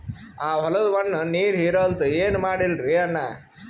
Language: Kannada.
ಆ ಹೊಲದ ಮಣ್ಣ ನೀರ್ ಹೀರಲ್ತು, ಏನ ಮಾಡಲಿರಿ ಅಣ್ಣಾ?